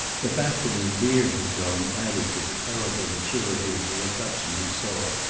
the fact that his beard had grown added to the terrible maturity of the reflection he saw,